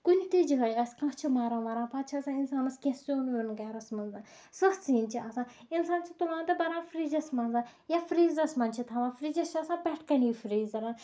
کُنہِ تہِ جایہِ آسہِ کانٛہہ چھُ مَران وَران پَتہٕ چھُ آسان انسانس کیٚنٛہہ سیُن ویُن گرَس منٛز سَتھ سِنۍ چھِ آسان اِنسان چھُ تُلان تہٕ بَران فرجَس منٛز یا فریزرَس منٛز چھِ تھاوان فرجس چھُ آسان پٮ۪ٹھ کَنے فریٖزر